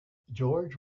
george